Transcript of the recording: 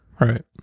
right